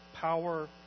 power